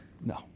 No